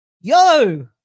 Yo